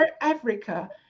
Africa